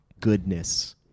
goodness